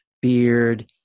beard